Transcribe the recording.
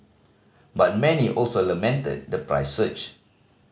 but many also lamented the price surge